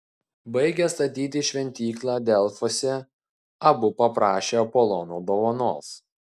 baigę statyti šventyklą delfuose abu paprašė apolono dovanos